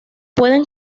pueden